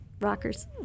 rockers